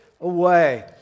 away